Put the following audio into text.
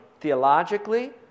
theologically